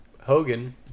Hogan